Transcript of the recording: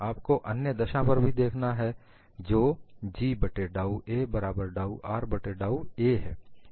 आपको अन्य दशा पर भी देखना है जो G बट्टे डाउ a बराबर डाउ R बट्टे डाउ a है